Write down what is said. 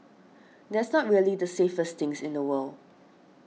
that's not really the safest thing in the world